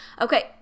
okay